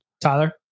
Tyler